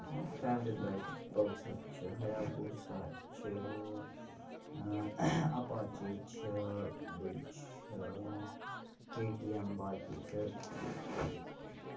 میٲنہِ فیورِٹ بایکہٕ چھِ پَلسر چھِ ہایابوٗسا چھِ اَپاچی چھِ بیٚیہِ چھِ کے ٹی ایٚم باقٕے چھِ